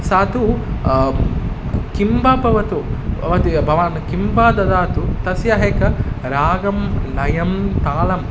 सा तु किम्वा भवतु भवतु भवान् किं वा ददातु तस्याः एकं रागं लयं तालम्